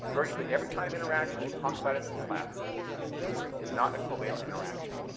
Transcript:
virtually every kind of interaction we talk about in this class is not a covalent interaction.